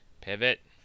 pivot